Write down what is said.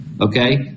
okay